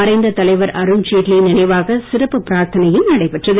மறைந்த தலைவர் அருண்ஜெட்லி யின் நினைவாக சிறப்பு பிரார்த்தனையும் நடைபெற்றது